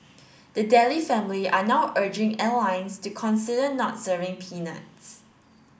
the Daley family are now urging airlines to consider not serving peanuts